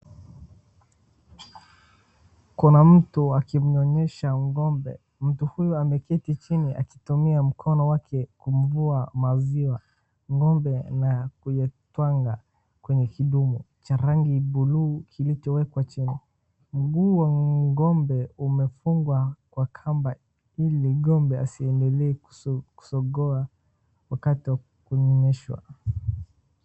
Kuna mtu akimnyonyesha ng'ombe. Mtu huyo ameketi chini akitumia mkono wake kumvua maziwa ng'ombe na kuyatwanga kwenye kidumu cha rangi blue kilichowekwa chini. Mguu wa ng'ombe umefungwa kwa kamba ili ng'ombe asiendelee kusogoa wakati wa kunyonyeshwa.